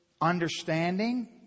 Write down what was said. understanding